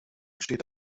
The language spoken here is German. steht